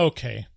Okay